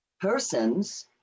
persons